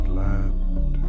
land